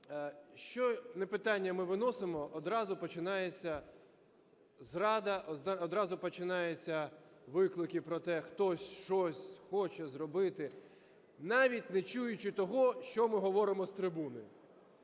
що не питання ми виносимо, одразу починається зрада, одразу починаються виклики про те, хтось, щось хоче зробити, навіть не чуючи того, що ми говоримо з трибуни.